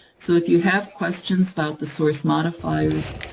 so if you have questions about the source modifiers,